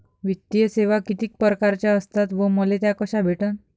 वित्तीय सेवा कितीक परकारच्या असतात व मले त्या कशा भेटन?